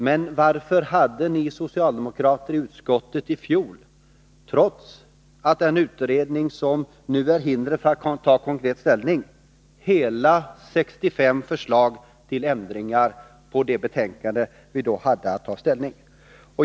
Men varför hade ni socialdemokrater i utskottet i fjol — trots den utredning som nu är ett hinder för att ta konkret ställning — hela 65 förslag till ändringar i det betänkande vi då hade att ta ställning till?